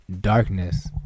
Darkness